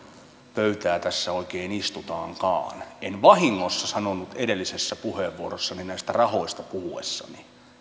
pöytää tässä oikein istutaankaan en vahingossa sanonut edellisessä puheenvuorossani näistä rahoista puhuessani